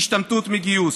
הוא השתמטות מגיוס,